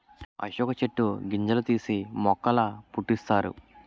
అశోక చెట్టు గింజలు తీసి మొక్కల పుట్టిస్తారు